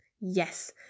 Yes